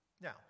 now